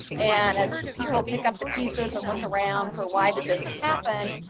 and as people pick up the pieces and look around for why did this happen,